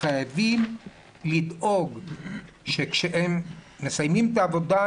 שחייבים לדאוג שכשהם מסיימים את העבודה,